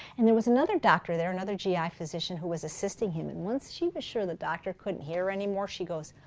and there was another doctor there, another gi physician who was assisting him, and once she was sure the doctor couldn't hear anymore, she goes,